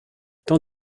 tant